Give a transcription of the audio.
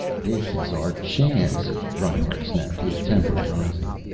this is our chance! reinhart snapped, his temper rising.